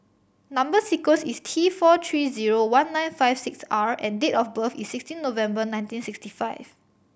number sequence is T four three zero one nine five six R and date of birth is sixteen November nineteen sixty five